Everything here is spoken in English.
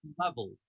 levels